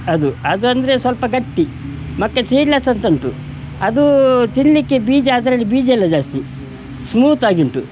ಅದು ಅದಂದರೆ ಸ್ವಲ್ಪ ಗಟ್ಟಿ ಮತ್ತು ಸೀಡ್ಲೆಸ್ ಅಂತ ಉಂಟು ಅದು ತಿನ್ನಲಿಕ್ಕೆ ಬೀಜ ಅದರಲ್ಲಿ ಬೀಜೆಲ್ಲ ಜಾಸ್ತಿ ಸ್ಮೂತಾಗಿ ಉಂಟು